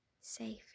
safe